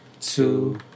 two